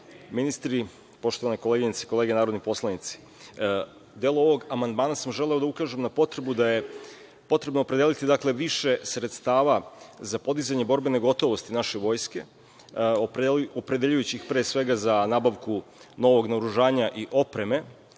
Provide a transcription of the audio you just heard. ministri, poštovane koleginice i kolege narodni poslanici, delom ovog amandmana sam želeo da ukažem na potrebu da je potrebno opredeliti više sredstava za podizanje borbene gotovosti naše vojske, opredeljujući ih pre svega za nabavku novog naoružanja i opreme,